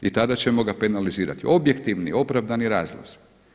I tada ćemo ga penalizirati, objektivni, opravdani razlozi.